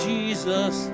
Jesus